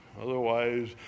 Otherwise